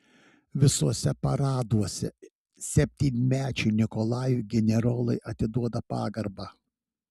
visuose paraduose septynmečiui nikolajui generolai atiduoda pagarbą